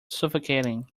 suffocating